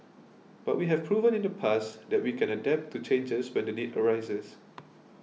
but we have proven in the past that we can adapt to changes when the need arises